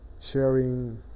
sharing